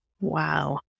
Wow